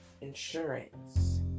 insurance